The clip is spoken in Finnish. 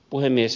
puhemies